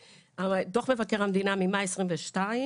דוח מבקר המדינה ממאי 22',